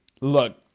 look